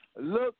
look